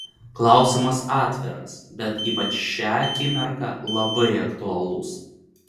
klausimas atviras bet ypač šią akimirką labai aktualus